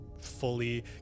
fully